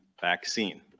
vaccine